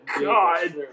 God